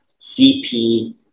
CP